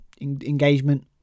engagement